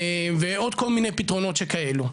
ועוד כל מיני פתרונות שכאלו.